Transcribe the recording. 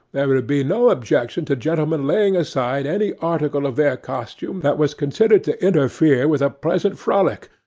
there would be no objection to gentlemen laying aside any article of their costume that was considered to interfere with a pleasant frolic,